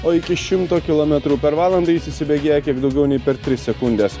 o iki šimto kilometrų per valandą jis įsibėgėja kiek daugiau nei per tris sekundes